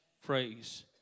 phrase